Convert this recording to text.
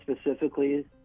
specifically